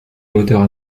moteurs